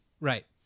Right